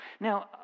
Now